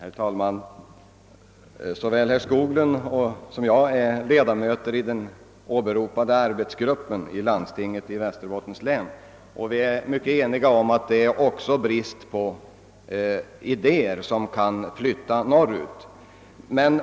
Herr talman! Såväl herr Skoglund som jag är ledamöter av den åberopade arbetsgruppen i landstinget i Västerbottens län. Vi är ense om att det råder brist på idéer i sysselsättningssvaga områden.